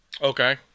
Okay